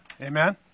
amen